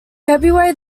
february